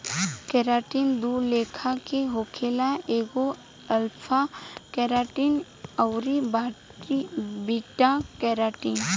keratin दू लेखा के होखेला एगो अल्फ़ा केराटिन अउरी बीटा केराटिन